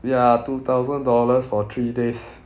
ya two thousand dollars for three days